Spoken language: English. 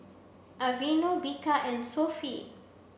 Aveeno Bika and Sofy